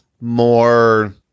more